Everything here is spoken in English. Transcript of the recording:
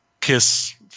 KISS